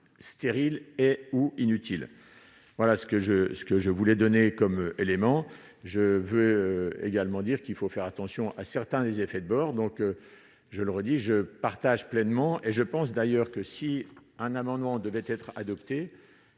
stériles et ou inutiles, voilà ce que je ce que je voulais donner comme élément je veux également dire qu'il faut faire attention à certains des effets de bord, donc je le redis, je partage pleinement, et je pense d'ailleurs que si un amendement devait être adopté,